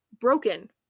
broken